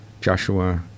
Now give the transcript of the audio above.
Joshua